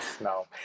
no